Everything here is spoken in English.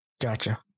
Gotcha